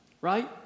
Right